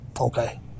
okay